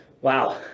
Wow